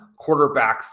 quarterbacks